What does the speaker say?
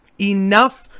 enough